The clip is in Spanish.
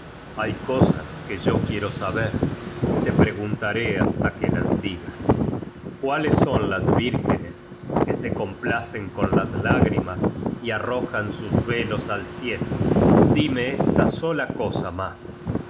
hay cosas que yo quiero saber y te preguntaré hasta que las digas cuáles son las vírgenes que se complacen con las lágrimas y arrojan sus velos al cielo dime esta sola cosa mas